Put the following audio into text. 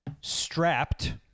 Strapped